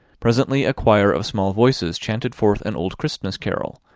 presently a choir of small voices chanted forth an old christmas carol,